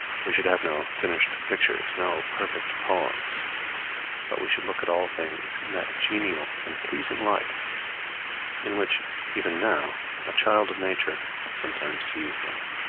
we should have no finished pictures, no perfect poems but we should look at all things in that genial and pleasing light in which even now a child of nature sometimes sees them